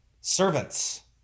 Servants